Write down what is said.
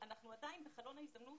אנחנו עדיין בחלון ההזדמנות,